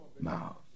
mouth